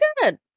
good